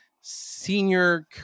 senior